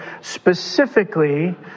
specifically